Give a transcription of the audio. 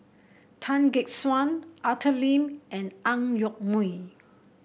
Tan Gek Suan Arthur Lim and Ang Yoke Mooi